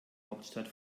hauptstadt